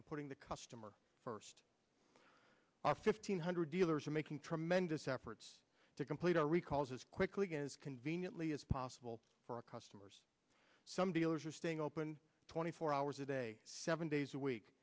on putting the customer first on fifteen hundred dealers are making tremendous efforts to complete our recalls as quickly as conveniently as possible for our customers some dealers are staying open twenty four hours a day seven days a week